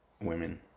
women